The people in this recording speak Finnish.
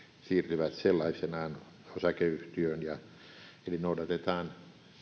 siirtyvät sellaisenaan osakeyhtiöön eli noudatetaan